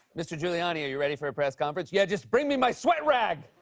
mr. giuliani, are you ready for a press conference? yeah, just bring me my sweat rag!